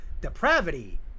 depravity